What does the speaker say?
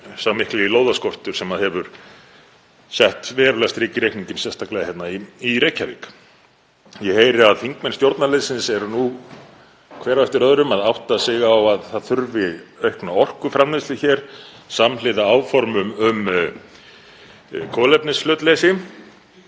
sá mikli lóðaskortur sem hefur sett verulegt strik í reikninginn, sérstaklega hérna í Reykjavík. Ég heyri að þingmenn stjórnarliðsins eru nú hver á eftir öðrum að átta sig á að það þurfi aukna orkuframleiðslu hér samhliða áformum um kolefnishlutleysi,